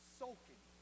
soaking